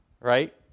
right